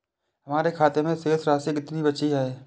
हमारे खाते में शेष राशि कितनी बची है?